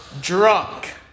Drunk